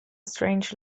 strange